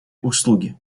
услуги